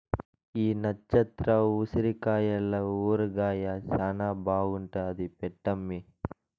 ఈ నచ్చత్ర ఉసిరికాయల ఊరగాయ శానా బాగుంటాది పెట్టమ్మీ